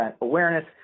awareness